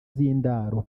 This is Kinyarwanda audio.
z’indaro